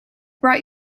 brought